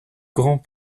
grand